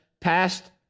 passed